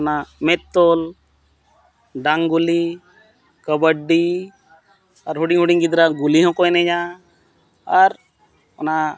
ᱚᱱᱟ ᱢᱮᱫ ᱛᱚᱞ ᱰᱟᱝᱜᱩᱞᱤ ᱠᱟᱵᱟᱰᱤ ᱟᱨ ᱦᱩᱰᱤᱧᱼᱦᱩᱰᱤᱧ ᱜᱤᱫᱽᱨᱟᱹ ᱜᱩᱞᱤ ᱦᱚᱸᱠᱚ ᱮᱱᱮᱡᱟ ᱟᱨ ᱚᱱᱟ